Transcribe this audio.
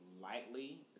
lightly